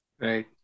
Right